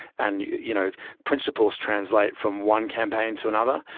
and you know principles translate from one campaign to another,